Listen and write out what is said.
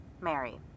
Mary